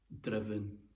Driven